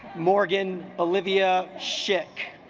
morgan olivia shit